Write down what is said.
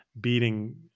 beating